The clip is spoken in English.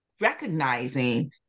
recognizing